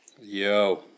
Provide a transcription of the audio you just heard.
Yo